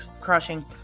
Crushing